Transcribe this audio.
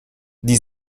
die